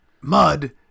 Mud